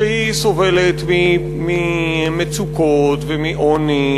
שסובלת ממצוקות ומעוני.